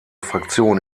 fraktion